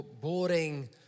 boring